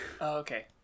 okay